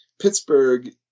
Pittsburgh